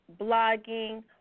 blogging